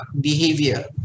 behavior